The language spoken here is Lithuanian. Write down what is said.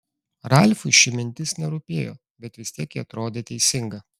ralfui ši mintis nerūpėjo bet vis tiek ji atrodė teisinga